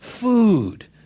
food